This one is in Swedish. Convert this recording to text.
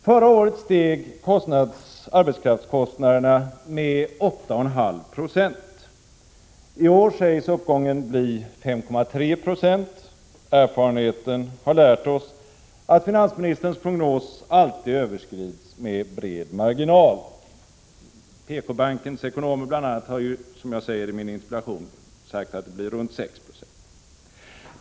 Förra året steg arbetskraftskostnaderna med 8,5 90. I år sägs uppgången bli 5,3 20. Erfarenheten har lärt oss att finansministerns prognos alltid överskrids med bred marginal. Bl.a. PK bankens ekonomer har, som jag sade i min interpellation, sagt att den blir runt 6 9.